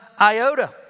iota